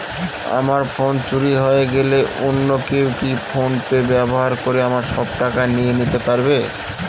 আমার ফোন চুরি হয়ে গেলে অন্য কেউ কি ফোন পে ব্যবহার করে আমার সব টাকা নিয়ে নিতে পারবে?